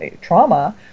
trauma